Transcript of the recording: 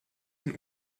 und